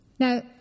Now